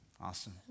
Awesome